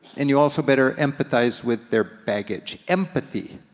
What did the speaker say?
and you also better empathize with their baggage. empathy,